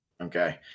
Okay